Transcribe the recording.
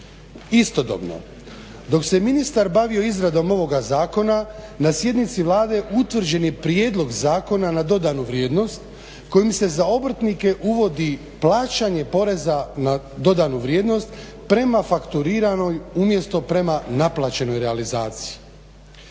Istodobno dok se ministar bavio izradom ovoga zakona na sjednici Vlade utvrđen je prijedlog Zakona na dodanu vrijednost kojim se za obrtnike uvodi plaćanje poreza na dodanu vrijednost prema fakturiranoj umjesto prema naplaćenoj realizaciji.